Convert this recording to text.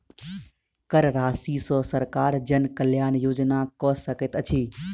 कर राशि सॅ सरकार जन कल्याण योजना कअ सकैत अछि